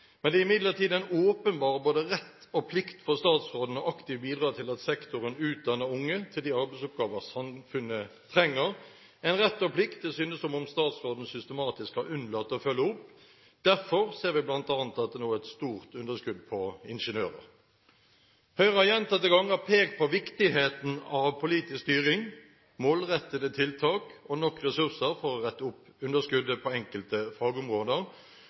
Det er imidlertid en åpenbar både rett og plikt for statsråden til aktivt å bidra til at sektoren utdanner unge til de arbeidsoppgaver samfunnet trenger, en rett og plikt det synes som om statsråden systematisk har unnlatt å følge opp. Derfor ser vi bl.a. at det nå er et stort underskudd på ingeniører. Høyre har gjentatte ganger pekt på viktigheten av politisk styring, målrettede tiltak og nok ressurser for å rette opp underskuddet på enkelte fagområder,